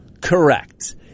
Correct